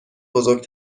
بزرگ